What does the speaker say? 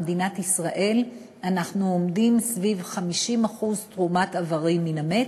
במדינת ישראל אנחנו עומדים סביב 50% תרומת איברים מן המת,